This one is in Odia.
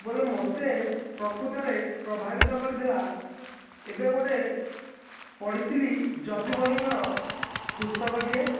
ବୋଲେ ମୋତେ ପ୍ରକୃତରେ ପ୍ରଭାବିତ କରିଥିଲା ଏବେ ଗୋଟିଏ ପଢ଼ିଥିଲି ଯଦୁମଣିଙ୍କର ପୁସ୍ତକଟିଏ